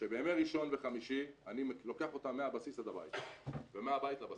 שבימי ראשון וחמישי אני לוקח אותם מהבסיס עד הבית ומהבית לבסיס.